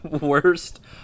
worst